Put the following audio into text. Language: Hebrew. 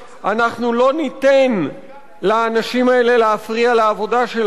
"אנחנו לא ניתן לאנשים האלה להפריע לעבודה שלנו.